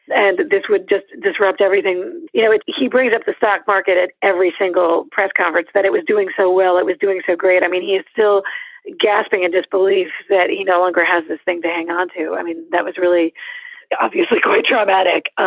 and this would just disrupt everything. you know, he brings up the stock market at every single press conference that it was doing so well. it was doing so great. i mean, he is still gasping in disbelief that he no longer has this thing to hang on to. i mean, that was really obviously quite traumatic.